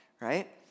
Right